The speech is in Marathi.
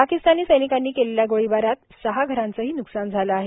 पाकिस्तानी सैनिकांनी केलेल्या गोळीबारात सहा घरांचही न्कसान झालं आहे